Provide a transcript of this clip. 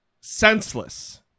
senseless